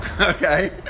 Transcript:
Okay